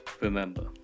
remember